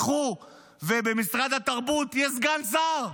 לקחו, ובמשרד התרבות יש סגן שר,